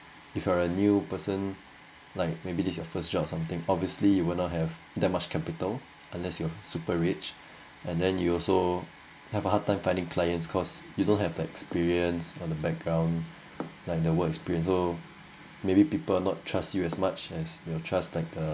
if you are a new person like maybe this your first job something obviously you will not have that much capital unless you're super rich and then you also have a hard time finding clients cause you don't have that experience on the background like the work experience so maybe people are not trust you as much as your trust like the